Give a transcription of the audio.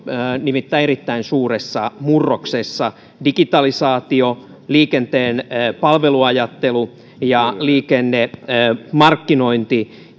nimittäin erittäin suuressa murroksessa digitalisaatio liikenteen palveluajattelu ja liikennemarkkinointi